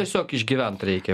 tiesiog išgyvent reikia